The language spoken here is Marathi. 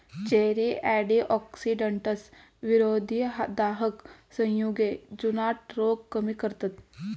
चेरी अँटीऑक्सिडंट्स, विरोधी दाहक संयुगे, जुनाट रोग कमी करतत